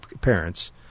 parents